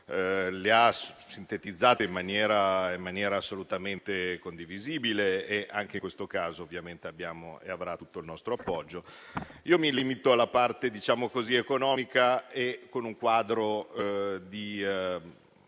lei ha sintetizzato in maniera assolutamente condivisibile e anche in questo caso ovviamente ha e avrà tutto il nostro appoggio. Mi limito a trattare la parte economica in un quadro di